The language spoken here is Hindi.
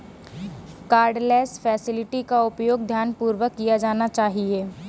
कार्डलेस फैसिलिटी का उपयोग ध्यानपूर्वक किया जाना चाहिए